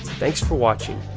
thanks for watching.